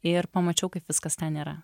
ir pamačiau kaip viskas ten yra